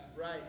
Right